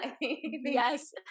yes